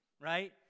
right